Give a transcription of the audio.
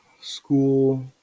School